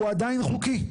הוא עדיין חוקי?